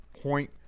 point